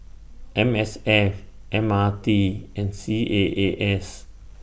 M S F M R T and C A A S